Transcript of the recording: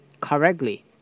correctly